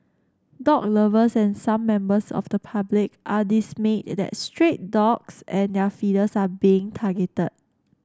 dog lovers and some members of the public are dismayed that stray dogs and their feeders are being targeted